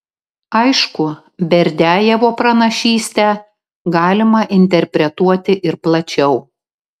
aišku berdiajevo pranašystę galima interpretuoti ir plačiau